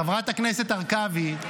חברת הכנסת הרכבי,